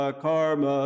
Karma